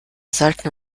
sollten